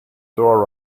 door